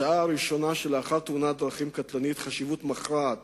לשעה הראשונה שלאחר תאונת דרכים קטלנית חשיבות מכרעת